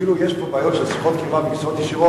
ההצגה הזאת כאילו יש פה בעיות של שיחות קרבה ושיחות ישירות,